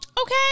Okay